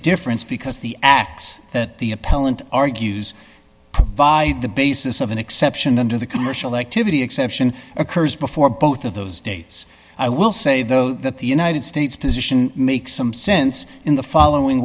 difference because the acts that the appellant argues provide the basis of an exception under the commercial activity exception occurs before both of those dates i will say though that the united states position makes some sense in the following